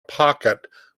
pocket